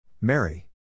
Mary